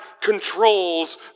controls